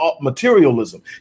materialism